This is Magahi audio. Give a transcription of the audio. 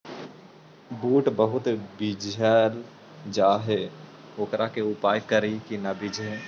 बुट बहुत बिजझ जा हे ओकर का उपाय करियै कि न बिजझे?